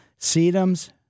sedums